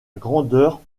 grandeur